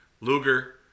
Luger